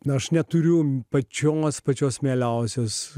na aš neturiu jums pačioms pačios mieliausios